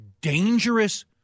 dangerous